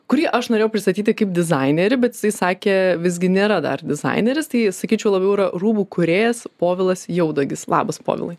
kurį aš norėjau pristatyti kaip dizainerį bet jisai sakė visgi nėra dar dizaineris tai sakyčiau labiau yra rūbų kūrėjas povilas jaudagis labas povilai